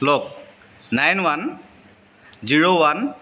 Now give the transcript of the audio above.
লওক nine one zero one